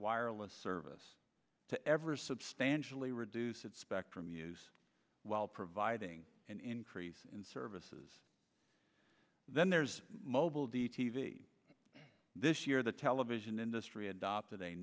wireless service to ever substantially reduce its spectrum use while providing an increase in services then there's mobile the t v this year the television industry adopted a